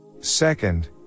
Second